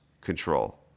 control